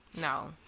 no